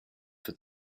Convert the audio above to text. for